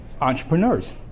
entrepreneurs